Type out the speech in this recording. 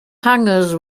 hangars